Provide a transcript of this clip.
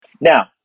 Now